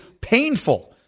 painful